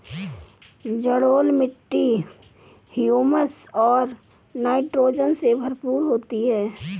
जलोढ़ मिट्टी हृयूमस और नाइट्रोजन से भरपूर होती है